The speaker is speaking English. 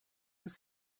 was